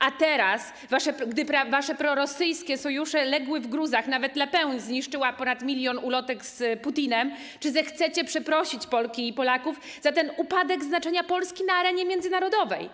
A teraz, gdy wasze prorosyjskie sojusze legły w gruzach, nawet Le Pen zniszczyła ponad milion ulotek z Putinem, czy zechcecie przeprosić Polki i Polaków za ten upadek znaczenia Polski na arenie międzynarodowej?